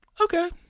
Okay